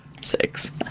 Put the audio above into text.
Six